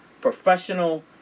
professional